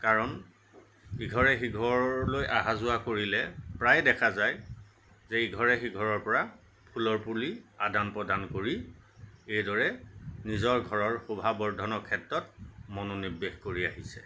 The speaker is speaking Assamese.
কাৰণ ইঘৰে সিঘৰলৈ অহা যোৱা কৰিলে প্ৰায় দেখা যায় যে ইঘৰে সিঘৰৰপৰা ফুলৰ পুলি আদান প্ৰদান কৰি এইদৰে নিজৰ ঘৰৰ শোভা বৰ্ধনৰ ক্ষেত্ৰত মনোনিৱেশ কৰি আহিছে